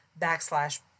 backslash